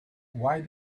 why